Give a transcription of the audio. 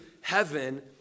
heaven